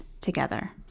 together